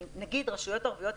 נגיד רשויות ערביות,